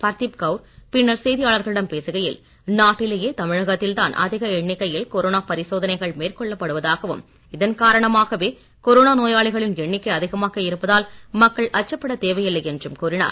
பர்தீப் கவுர் பின்னர் செய்தியாளர்களிடம் பேசுகையில் நாட்டிலேயே தமிழகத்தில்தான் அதிக எண்ணிக்கையில் கொரோனா பரிசோதனைகள் மேற்கொள்ளப் படுவதாகவும் இதன் காரணமாகவே கொரோனா நோயாளிகளின் எண்ணிக்கை அதிகமாக இருப்பதால் மக்கள் அச்சப்படத் தேவையில்லை என்றும் கூறினார்